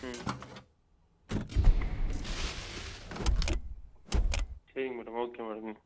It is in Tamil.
ம் சரிங்க மேடம் ஓகே மேடம்